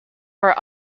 for